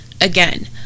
Again